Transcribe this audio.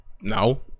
No